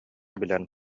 билэн